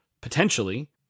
potentially